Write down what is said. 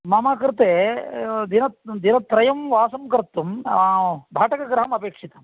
मम कृते दिन दिनत्रयं वासं कर्तुं भाटकगृहमपेक्षितम्